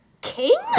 King